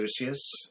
Lucius